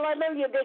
Hallelujah